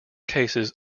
cases